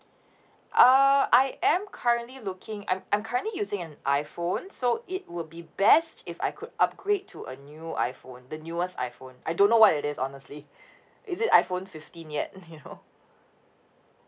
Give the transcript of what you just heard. err I I'm currently looking I'm I'm currently using an iPhone so it would be best if I could upgrade to a new iPhone the newest iPhone I don't know what it is honestly is it iPhone fifteen yet